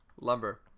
lumber